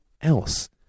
else